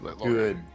Good